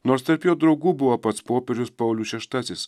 nors tarp jo draugų buvo pats popiežius paulius šeštasis